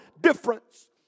difference